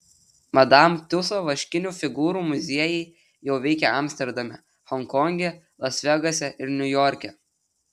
madam tiuso vaškinių figūrų muziejai jau veikia amsterdame honkonge las vegase ir niujorke